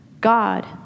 God